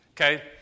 okay